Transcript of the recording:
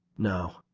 no,